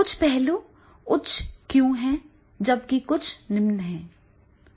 कुछ पहलू उच्च क्यों हैं जबकि कुछ निम्न हैं